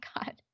God